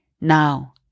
Now